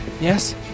Yes